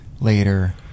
later